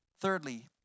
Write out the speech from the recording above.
Thirdly